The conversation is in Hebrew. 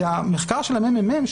זה המחקר של הממ"מ,